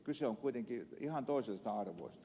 kyse on kuitenkin ihan toisista arvoista